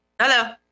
Hello